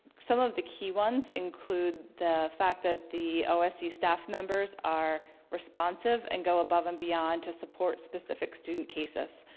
some of the key ones include the fact that the ose staff members are responsive and go above and beyond to support specific student cases.